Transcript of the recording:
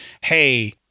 hey